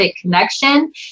connection